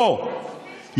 לא,